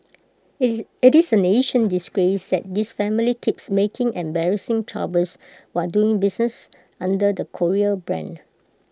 IT is IT is A national disgrace that this family keeps making embarrassing troubles while doing business under the Korea brand